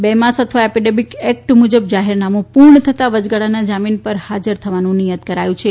બે માસ અથવા અપેડિક એક્ટ મુજબ જાહેરનામુ પૂર્ણ થતાં વયગાળાના જામીન પરથી હાજર થવાનું નિયત કરાયું છે